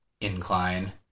incline